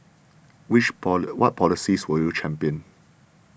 which what policies will you champion